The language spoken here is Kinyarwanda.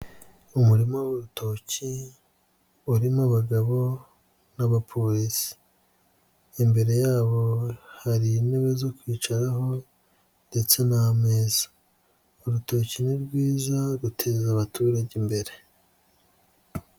Umurima w'urutoki urimo abagabo n'abapolisi, imbere yabo hari intebe zo kwicaraho ndetse n'ameza, urutoki ni rwiza ruteza abaturage imbere.